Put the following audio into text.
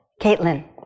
Caitlin